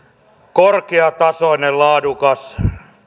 korkeatasoinen laadukas